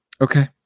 Okay